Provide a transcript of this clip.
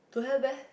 don't have meh